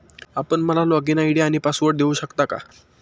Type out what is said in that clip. आपण मला login ID आणि पासवर्ड देऊ शकता का?